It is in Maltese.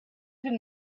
prim